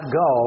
go